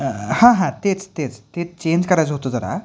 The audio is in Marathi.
हां हां तेच तेच तेच चेंज करायचं होतं जरा